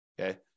Okay